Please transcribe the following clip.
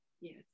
yes